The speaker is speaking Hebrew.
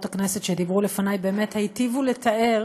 הכנסת שדיברו לפני באמת היטיבו לתאר